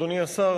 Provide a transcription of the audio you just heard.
אדוני השר,